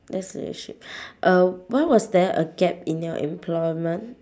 that's leadership uh why was there a gap in your employment